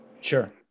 Sure